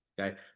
okay